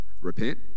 repent